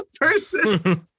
person